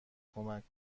کمک